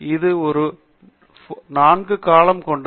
இது 4 காலோமன் கொண்டது